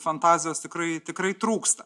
fantazijos tikrai tikrai trūksta